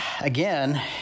again